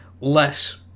less